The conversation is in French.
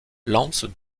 lancent